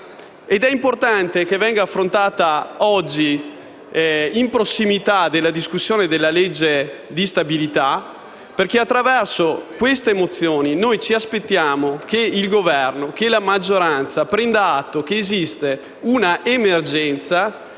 importante che venga affrontata oggi in prossimità della discussione del disegno di legge di bilancio, perché attraverso queste mozioni noi ci aspettiamo che il Governo e la maggioranza prendano atto dell'esistenza di un'emergenza